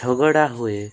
ଝଗଡ଼ା ହୁଏ